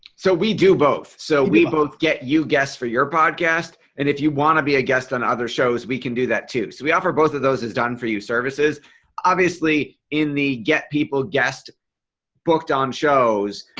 so we do both, so we both get you guests for your podcast and if you want to be a guest on other shows we can do that too. so we offer both of those has done for you services obviously in the get people guest booked on shows.